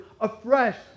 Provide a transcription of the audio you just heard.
afresh